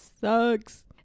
sucks